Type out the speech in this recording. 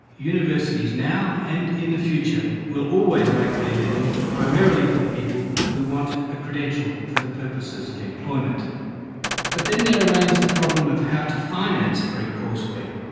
universities now and in the future will always make their living primarily from people who want a credential for the purposes of employment but then there remains the problem of how to finance free courseware.